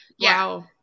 Wow